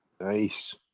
Nice